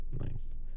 nice